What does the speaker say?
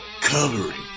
Covering